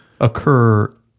occur